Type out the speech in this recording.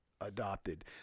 adopted